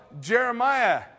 Jeremiah